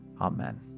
amen